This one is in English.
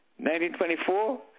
1924